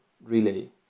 relay